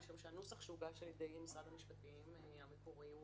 משום שהנוסח המקורי שהוגש על ידי משרד המשפטים הוא אחר.